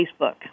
Facebook